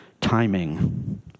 Timing